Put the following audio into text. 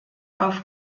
auf